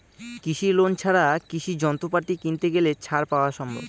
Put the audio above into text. কৃষি লোন ছাড়া কৃষি যন্ত্রপাতি কিনতে গেলে ছাড় পাওয়া সম্ভব?